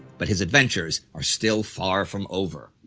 but his adventures are still far from over.